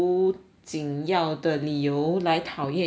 紧要的理由讨厌一个人